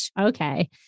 okay